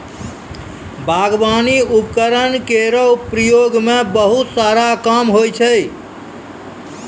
बागबानी उपकरण केरो प्रयोग सें बहुत सारा काम होय छै